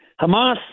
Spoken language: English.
Hamas